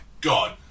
God